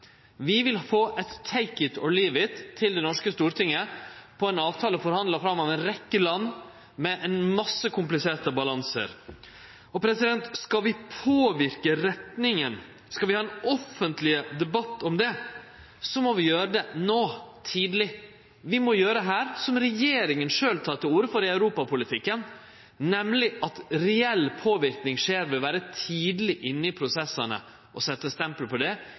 Vi vil få eit take-it-or-leave-it til det norske stortinget om ein avtale forhandla fram av ei rekkje land med mange kompliserte balansar. Skal vi påverke retninga, skal vi ha ein offentleg debatt om dette, må vi gjere det no, tidleg. Vi må her gjere som regjeringa sjølv tek til orde for i europapolitikken, nemleg at reell påverknad skjer ved å vere tidleg inne i prosessane og setje eit stempel på